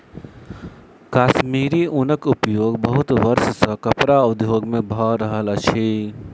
कश्मीरी ऊनक उपयोग बहुत वर्ष सॅ कपड़ा उद्योग में भ रहल अछि